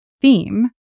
theme